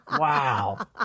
Wow